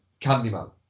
Candyman